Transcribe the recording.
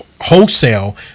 wholesale